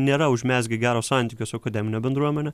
nėra užmezgę gero santykio su akademine bendruomene